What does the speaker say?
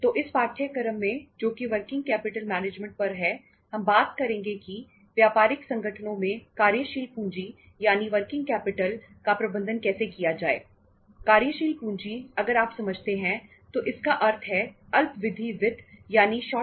तो इस पाठ्यक्रम में जो कि वर्किंग कैपिटल मैनेजमेंट